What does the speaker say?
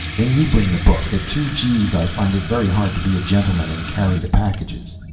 then you bring the book. at two g's i find it very hard to be a gentleman and carry the packages.